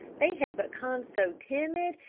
they had become so timid,